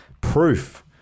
proof